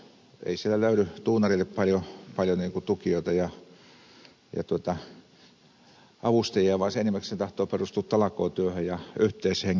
ei siellä löydy duunarille paljon tukijoita ja avustajia vaan se homma enimmäkseen tahtoo perustua talkootyöhön ja yhteishenkeen